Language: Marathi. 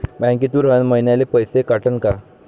बँकेतून हर महिन्याले पैसा कटन का?